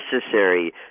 necessary